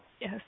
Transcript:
Yes